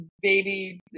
baby